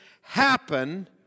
happen